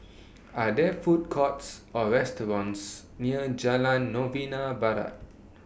Are There Food Courts Or restaurants near Jalan Novena Barat